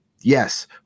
yes